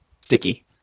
Sticky